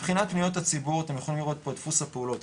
מבחינת פניות הציבור אתם יכולים לראות פה את דפוס הפעולות,